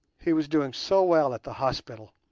he was doing so well at the hospital,